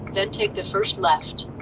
then take the first left.